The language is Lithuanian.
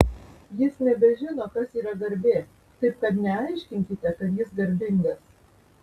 jis nebežino kas yra garbė taip kad neaiškinkite kad jis garbingas